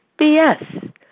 BS